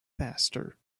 faster